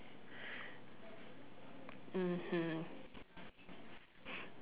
mmhmm